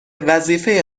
وظیفه